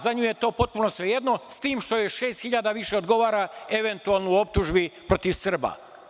Za nju je to potpuno svejedno, s tim što joj šest hiljada više odgovara eventualno u optužbi protiv Srba.